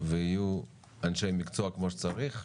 ויהיו אנשי מקצוע כמו שצריך,